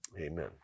Amen